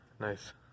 Nice